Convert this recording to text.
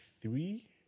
three